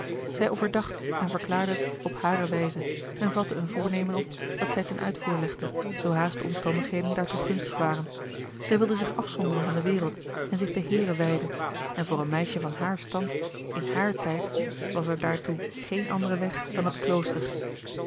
zij overdacht en verklaarde het op hare wijze en vatte een voornemen op dat zij ten uitvoer legde zoo haast de omstandigheden daartoe gunstig waren zij wilde zich afzonderen van de wereld en zich den heere wijden en voor een meisje van haar stand in haar tijd was er daartoe geen andere weg dan het klooster